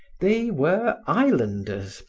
they were islanders,